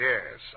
Yes